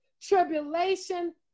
tribulation